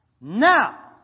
now